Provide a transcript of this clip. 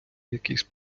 якийсь